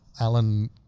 Alan